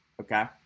okay